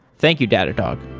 thank you, datadog.